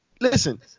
listen